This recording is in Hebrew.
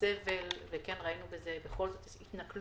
בסבל וכן ראינו בזה התנכלות